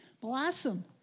blossom